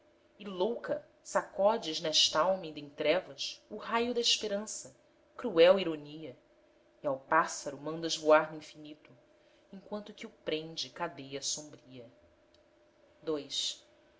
e louca sacodes nesta alma inda em trevas o raio da espr'ança cruel ironia e ao pássaro mandas voar no infinito enquanto que o prende cadeia sombria